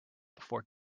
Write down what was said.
before